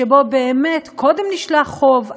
שבו באמת קודם נשלח חוב,